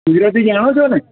સુરતથી ત્યાં આવો છોને